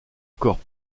corps